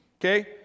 okay